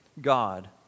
God